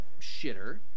shitter